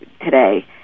today